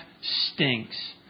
stinks